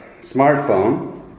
smartphone